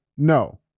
No